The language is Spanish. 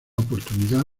oportunidad